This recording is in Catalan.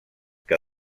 que